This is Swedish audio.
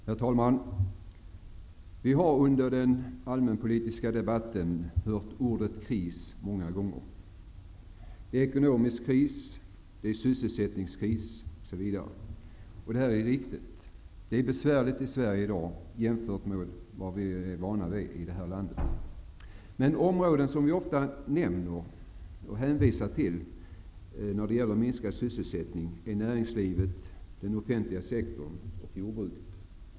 Herr talman! Vi har under den allmänpolitiska debatten hört ordet ''kris'' många gånger. Det är ekonomisk kris, det är sysselsättningskris, osv. Det är riktigt. Det är besvärligt i Sverige i dag i jämförelse med vad vi är vana vid i det här landet. Områden som vi ofta nämner och hänvisar till när det gäller en minskning av sysselsättningen är näringslivet, den offentliga sektorn och jordbruket.